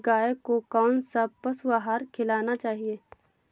गाय को कौन सा पशु आहार खिलाना चाहिए?